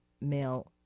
male